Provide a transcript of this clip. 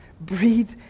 Breathe